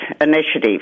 initiative